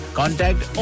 contact